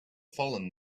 fallen